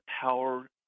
power